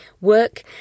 work